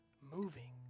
moving